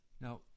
Now